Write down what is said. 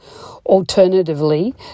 Alternatively